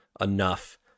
enough